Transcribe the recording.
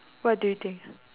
what do you think